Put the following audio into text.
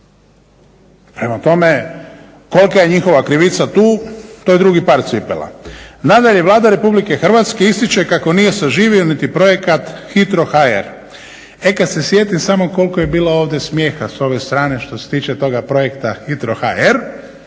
Prema tome, kolika je njihova krivica tu to je drugi par cipela. Nadalje, Vlada Republike Hrvatske ističe kako nije saživio niti projekat HITRO.hr. E kad se sjetim samo koliko je bilo ovdje smijeha s ove strane što se tiče toga projekta HITRO.hr